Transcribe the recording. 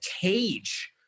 cage